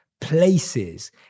places